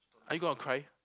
are you gonna cry